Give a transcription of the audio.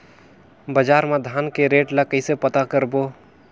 बजार मा धान के रेट ला कइसे पता करबो?